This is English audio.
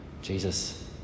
Jesus